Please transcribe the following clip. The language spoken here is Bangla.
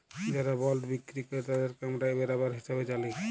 যারা বল্ড বিক্কিরি কেরতাদেরকে আমরা বেরাবার হিসাবে জালি